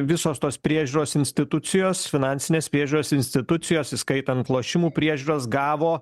visos tos priežiūros institucijos finansinės priežiūros institucijos įskaitant lošimų priežiūros gavo